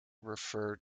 refer